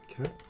Okay